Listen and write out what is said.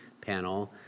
panel